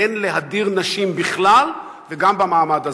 אין להדיר נשים בכלל, וגם במעמד הזה.